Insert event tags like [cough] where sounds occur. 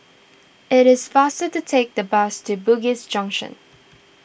it is faster to take the bus to Bugis Junction [noise]